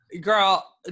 girl